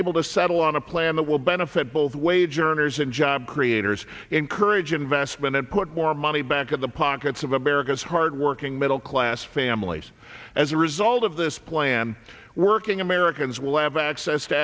able to settle on a plan that will benefit both wage earners and job creators encourage investment and put more money back at the pockets of america's hardworking middle class families as a result of this plan working americans will have access to